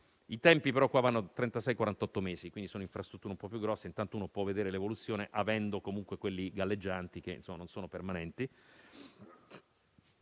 di trentasei-quarantotto mesi, quindi sono infrastrutture un po' più grosse; intanto si può vedere l'evoluzione, avendo comunque quelli galleggianti che sono permanenti.